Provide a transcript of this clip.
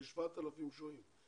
יש 7,000 שוהים.